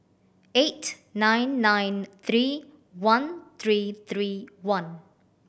eight nine nine three one three three one